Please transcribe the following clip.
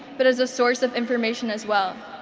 but as a source of information as well.